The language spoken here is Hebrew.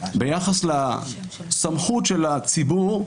ביחס לסמכות של הציבור,